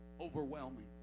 overwhelming